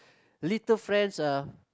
little friends are